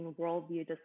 worldview